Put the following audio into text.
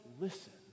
listen